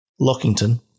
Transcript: Lockington